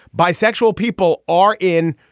bisexual people are in.